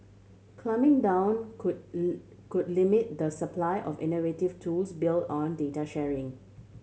clamping down could could limit the supply of innovative tools built on data sharing